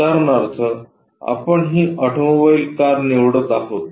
उदाहरणार्थ आपण ही ऑटोमोबाईल कार निवडत आहोत